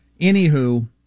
Anywho